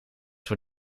voor